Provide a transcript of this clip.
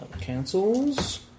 cancels